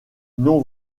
non